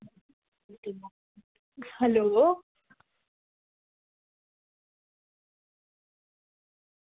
hello